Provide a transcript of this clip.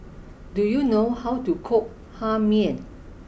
do you know how to cook Hae Mee